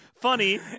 funny